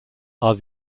are